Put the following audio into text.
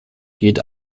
geht